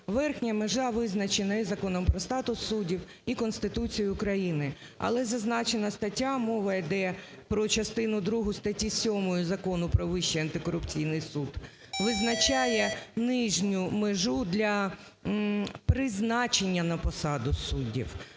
верхня межа визначена і Законом про статус суддів, і Конституцією України. Але зазначена стаття, мова йде про частину другу статті 7 Закону про Вищий антикорупційний суд, визначає нижню межу для призначення на посаду суддів.